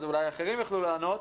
אז אולי אחרים יוכלו לענות.